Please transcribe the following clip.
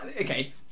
okay